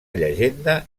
llegenda